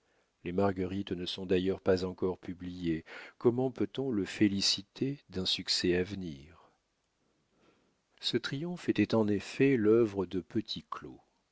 les marguerites ne sont d'ailleurs pas encore publiées comment peut-on le féliciter d'un succès à venir ce triomphe était en effet l'œuvre de petit claud